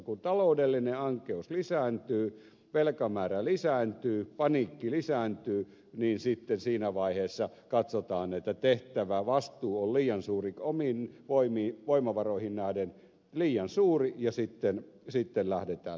kun taloudellinen ankeus lisääntyy velkamäärä lisääntyy paniikki lisääntyy niin sitten siinä vaiheessa katsotaan että tehtävä vastuu on liian suuri omiin voimavaroihin nähden liian suuri ja sitten lähdetään lätkimään